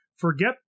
Forget